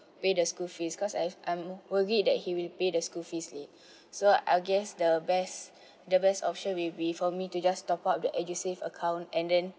pay the school fees cause I've I'm worried that he will pay the school fees late so I guess the best the best option maybe for me to just top up the edusave account and then